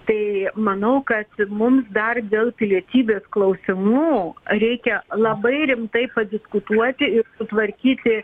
tai manau kad mums dar dėl pilietybės klausimų reikia labai rimtai padiskutuoti ir sutvarkyti